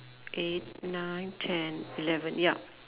eight nine ten eleven ya